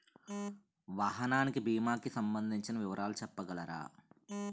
వాహనానికి భీమా కి సంబందించిన వివరాలు చెప్పగలరా?